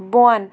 بۄن